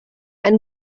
and